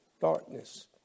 Darkness